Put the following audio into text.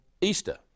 Easter